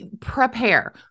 prepare